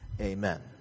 Amen